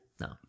No